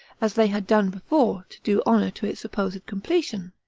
as they had done before to do honor to its supposed completion.